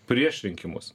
prieš rinkimus